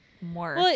more